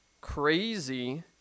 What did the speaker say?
crazy